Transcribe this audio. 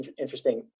interesting